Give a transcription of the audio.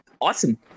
awesome